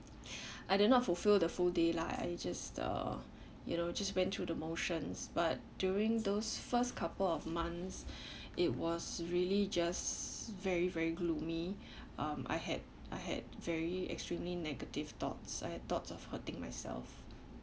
I did not fulfil the full day lah I just uh you know just went through the motions but during those first couple of months it was really just very very gloomy um I had I had very extremely negative thoughts I had thoughts of hurting myself